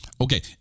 Okay